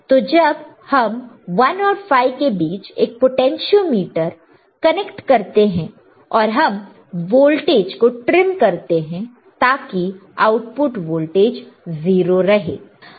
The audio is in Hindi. तो हम 1 और 5 के बीच एक पोटेंशियोमीटर कनेक्ट करते हैं और हम वोल्टेज को ट्रिम करते हैं ताकि आउटपुट वोल्टेज 0 रहे